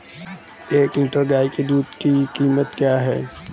एक लीटर गाय के दूध की कीमत क्या है?